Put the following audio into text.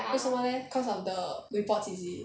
为什么 leh cause of the reports is it